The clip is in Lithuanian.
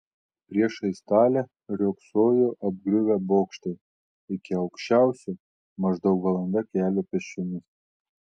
priešais talę riogsojo apgriuvę bokštai iki aukščiausio maždaug valanda kelio pėsčiomis